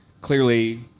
Clearly